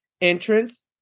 entrance